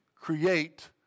create